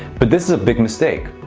but this is a big mistake.